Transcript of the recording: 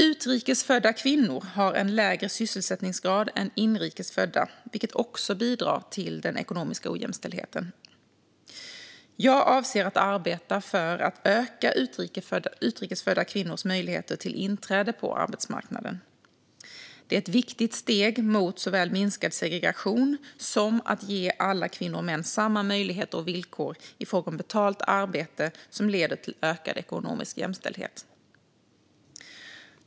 Utrikes födda kvinnor har en lägre sysselsättningsgrad än inrikes födda, vilket också bidrar till den ekonomiska ojämställdheten. Jag avser att arbeta för att öka utrikes födda kvinnors möjligheter till inträde på arbetsmarknaden. Det är ett viktigt steg mot såväl minskad segregation som att ge alla kvinnor och män samma möjligheter och villkor i fråga om betalt arbete som leder till ökad ekonomisk jämställdhet.